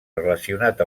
relacionat